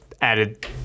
added